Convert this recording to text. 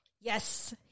Yes